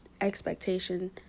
expectation